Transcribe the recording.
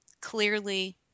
clearly